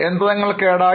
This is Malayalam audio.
യന്ത്രങ്ങൾ കേടായി